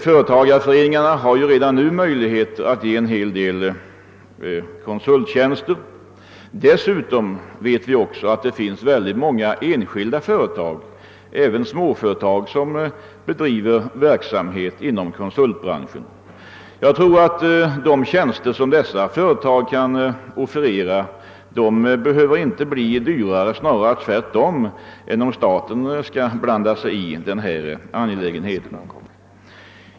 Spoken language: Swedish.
Företagareföreningarna har i dag möjligheter att utföra en hel del konsulttjänster, och dessutom bedriver många enskilda företag, även små företag, dylik konsultverksamhet. De tjänster som de företagen kan offerera behöver inte bli dyrare än om staten blandar sig i verksamheten, snarare tvärtom.